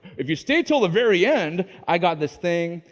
if you stay till the very end i got this thing,